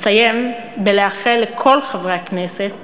אסיים בלאחל לכל חברי הכנסת